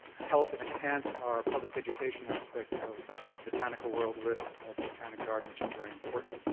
help and enhance our public education aspect of the botanical world with the botanic garden which is very important.